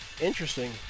interesting